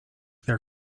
their